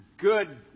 good